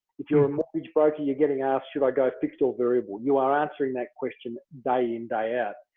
if you're mortgage broker, you're getting asked should i go fixed or variable you are answering that question day-in day-out.